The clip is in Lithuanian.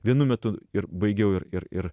vienu metu ir baigiau ir ir ir